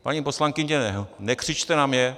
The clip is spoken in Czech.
Paní poslankyně, nekřičte na mě.